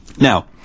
Now